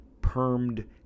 permed